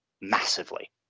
massively